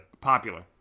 Popular